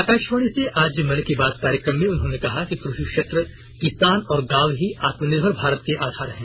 आकाशवाणी से आज मन की बात कार्यक्रम में उन्होंने कहा कि कृषि क्षेत्र किसान और गांव ही आत्मनिर्भर भारत का आधार हैं